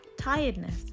tiredness